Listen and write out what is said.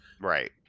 Right